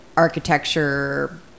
Architecture